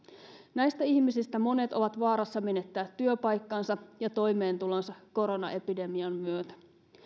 näistä ihmisistä monet ovat vaarassa menettää työpaikkansa ja toimeentulonsa koronaepidemian myötä